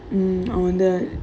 mm I wonder